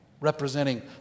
representing